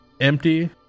empty